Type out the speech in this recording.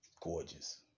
Gorgeous